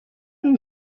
این